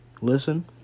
listen